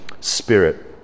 Spirit